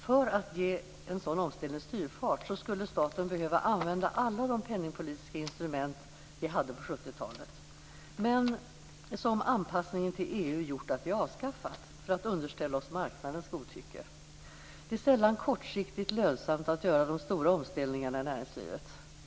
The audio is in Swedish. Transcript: För att ge en sådan omställning styrfart skulle staten behöva använda alla de penningpolitiska instrument vi hade på 70-talet men som anpassningen till EU gjort att vi avskaffat för att underställa oss marknadens godtycke. Det är sällan kortsiktigt lönsamt att göra de stora omställningarna i näringslivet.